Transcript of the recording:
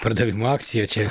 pardavimo akcija čia